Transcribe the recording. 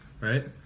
Right